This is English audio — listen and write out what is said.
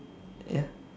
ya